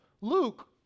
Luke